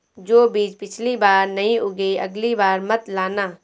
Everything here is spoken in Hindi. जो बीज पिछली बार नहीं उगे, अगली बार मत लाना